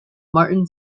martin